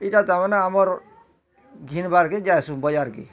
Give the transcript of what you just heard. ଏଇଟା ତାମାନେ ଆମର୍ ଘିନ ବାର କେ ଯାଏସୁଁ ବଜାର କେ